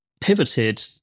pivoted